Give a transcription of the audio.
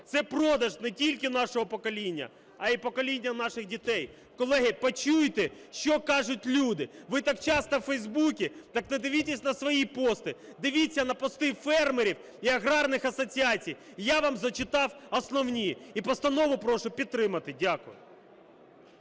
Це продаж не тільки нашого покоління, а й покоління наших дітей. Колеги, почуйте, що кажуть люди. Ви так часто у Фейсбуці, так не дивіться на свої пости, дивіться на пости фермерів і аграрних асоціацій. Я вам зачитав основні. І постанову прошу підтримати. Дякую.